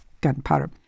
gunpowder